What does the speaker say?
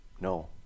No